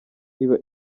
iba